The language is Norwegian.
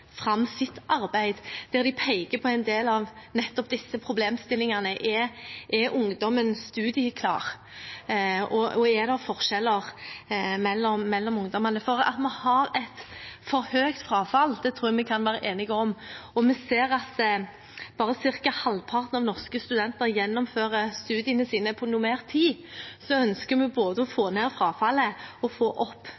fram sitt arbeid der de peker på en del av nettopp disse problemstillingene: Er ungdommen studieklar, og er det forskjeller mellom ungdommene? At vi har et for høyt frafall, tror jeg vi kan være enige om, og vi ser at bare ca. halvparten av norske studenter gjennomfører studiene sine på normert tid. Vi ønsker både å